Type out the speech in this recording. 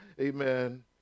Amen